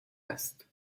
است